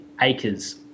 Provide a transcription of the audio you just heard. acres